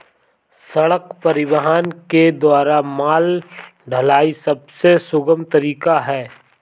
सड़क परिवहन के द्वारा माल ढुलाई सबसे सुगम तरीका है